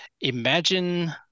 imagine